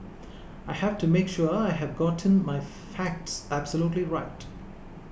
I have to make sure I have gotten my facts absolutely right